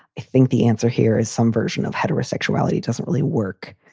i think the answer here is some version of heterosexuality doesn't really work.